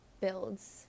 builds